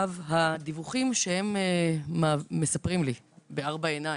הדיווחים שהם מספרים לי בארבע עיניים,